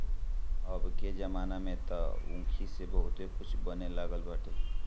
अबके जमाना में तअ ऊखी से बहुते कुछ बने लागल बाटे